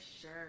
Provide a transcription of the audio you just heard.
sure